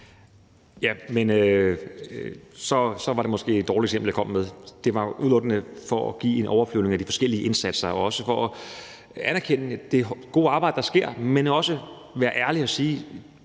Så var det måske et dårligt eksempel, jeg kom med. Det var udelukkende for at give en overflyvning af de forskellige indsatser og også for at anerkende det gode arbejde, der gøres, men også for at være ærlig og sige,